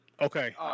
Okay